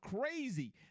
crazy